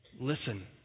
Listen